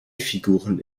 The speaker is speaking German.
figuren